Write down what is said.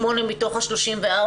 שמונה מתוך ה-34,